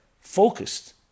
focused